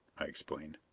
i explained.